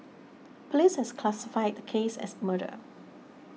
police has classified the case as murder